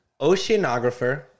oceanographer